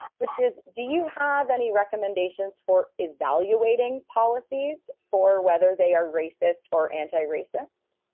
which is do you have any recommendations for evaluating policies for whether they are racist or anti-racist?